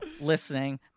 listening